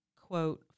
quote